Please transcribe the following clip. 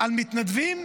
על מתנדבים,